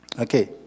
Okay